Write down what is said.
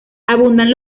abundan